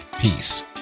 Peace